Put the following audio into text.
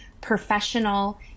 professional